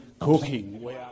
cooking